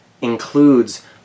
includes